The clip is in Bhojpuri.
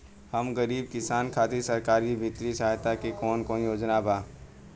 हम गरीब किसान खातिर सरकारी बितिय सहायता के कवन कवन योजना बा?